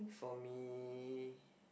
for me